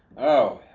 oh,